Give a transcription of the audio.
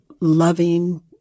loving